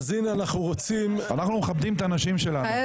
אנחנו מכבדים את הנשים שלנו.